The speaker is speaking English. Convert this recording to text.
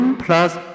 Plus